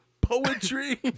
Poetry